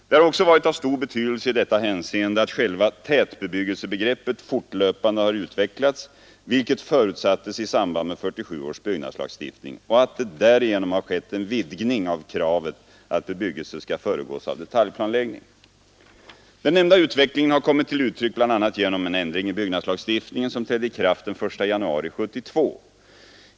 Det har också varit av stor betydelse i detta hänseende att själva tätbebyggelsebegreppet fortlöpande har utvecklats — vilket förutsattes i samband med 1947 års byggnadslagstiftning — och att det därigenom har skett en vidgning av kravet att bebyggelse skall föregås av detaljplanläggning. Den nämnda utvecklingen har kommit till uttryck bl.a. genom en ändring i byggnadslagstiftningen som trädde i kraft den 1 januari 1972 .